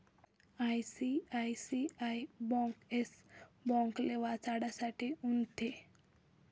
ICICI bank Yes ब्यांकले वाचाडासाठे उनथी